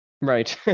Right